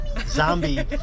Zombie